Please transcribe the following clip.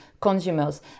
consumers